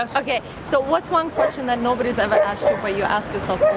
ah okay, so what's one question that nobody's ever asked you but you ask yourself all